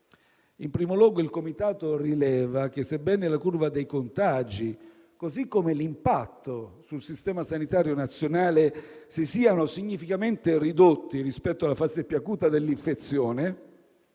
In primo luogo, il comitato rileva che, sebbene la curva dei contagi, così come l'impatto sul Sistema sanitario nazionale, si siano significativamente ridotti rispetto alla fase più acuta dell'infezione